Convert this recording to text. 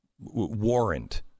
warrant